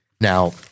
Now